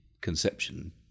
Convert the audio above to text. conception